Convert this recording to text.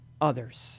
others